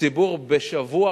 ציבור בשבוע,